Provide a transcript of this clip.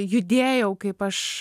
judėjau kaip aš